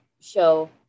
show